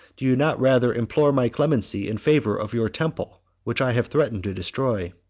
do you not rather implore my clemency in favor of your temple, which i have threatened to destroy?